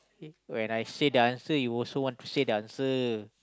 eh when I say the answer you also want to say the answer